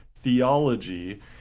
Theology